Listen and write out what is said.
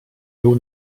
był